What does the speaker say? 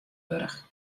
wurdich